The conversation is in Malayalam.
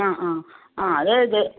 ആ ആ അത് എഴുത്